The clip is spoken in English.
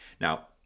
Now